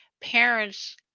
parents